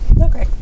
Okay